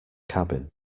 cabin